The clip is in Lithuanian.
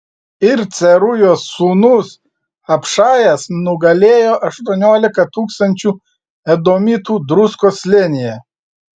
ir cerujos sūnus abšajas nugalėjo aštuoniolika tūkstančių edomitų druskos slėnyje